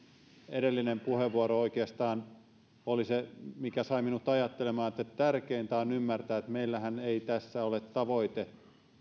edellinen puheenvuoro oikeastaan oli se mikä sai minut ajattelemaan että tärkeintä on ymmärtää että meillähän ei tässä ole tavoite